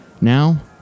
Now